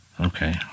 Okay